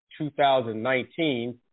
2019